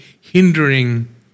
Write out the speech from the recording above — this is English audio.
hindering